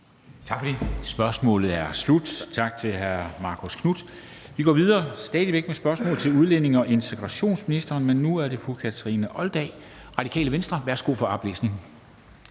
Tak for det. Spørgsmålet er slut. Tak til hr. Marcus Knuth. Vi går videre, og det er stadig væk med spørgsmål til udlændinge- og integrationsministeren, og nu er det fra fru Kathrine Olldag, Radikale Venstre. Kl. 13:29 Spm. nr.